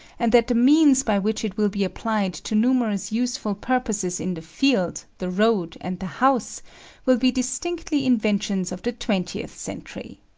and that the means by which it will be applied to numerous useful purposes in the field, the road, and the house will be distinctly inventions of the twentieth century.